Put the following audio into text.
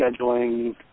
scheduling